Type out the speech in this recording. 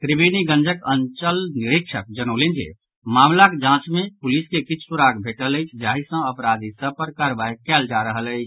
त्रिवेणीगंजक अंचल निरीक्षक जनौलनि जे मामिलाक जांच मे पुलिस के किछु सुराग भेटल अछि जाहि सँ अपराधी सभ पर कार्रवाई कएल जा रहल अछि